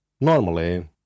Normally